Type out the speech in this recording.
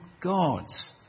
God's